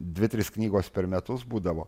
dvi trys knygos per metus būdavo